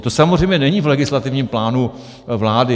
To samozřejmě není v legislativním plánu vlády.